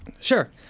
Sure